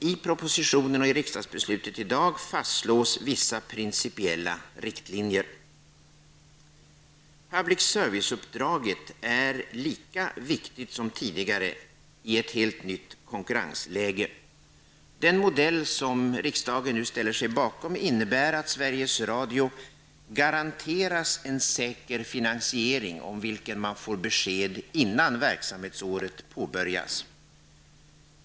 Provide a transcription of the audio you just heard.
I propositionen och i riksdagsbeslutet i dag fastställs vissa principiella riktlinjer. Public serviceuppdraget är lika viktigt som tidigare i ett helt nytt konkurrensläge. Den modell som riksdagen nu ställer sig bakom innebär att Sveriges Radio garanteras en säker finansiering, om vilken man får besked innan verksamhetsåret påbörjas.